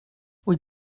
wyt